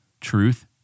truth